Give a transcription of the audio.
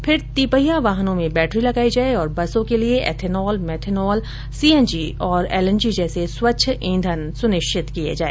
फिर तिपहिया वाहनों में बैटरी लगाई जाए और बसों के लिए एथेनॉल मेथोनॉल सीएनजी तथा एलएनजी जैसे स्वच्छ ईंधन सुनिश्चित किये जाए